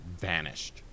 vanished